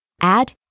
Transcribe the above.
add